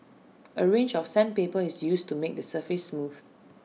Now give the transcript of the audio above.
A range of sandpaper is used to make the surface smooth